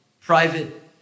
private